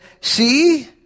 See